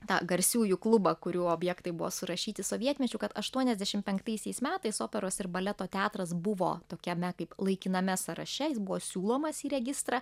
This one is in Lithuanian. tą garsiųjų klubą kurių objektai buvo surašyti sovietmečiu kad aštuoniasdešim penktaisiais metais operos ir baleto teatras buvo tokiame kaip laikiname sąraše jis buvo siūlomas į registrą